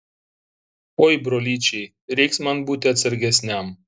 oi brolyčiai reiks man būti atsargesniam